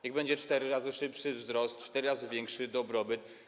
Niech będzie cztery razy szybszy wzrost, cztery razy większy dobrobyt.